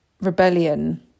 rebellion